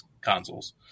consoles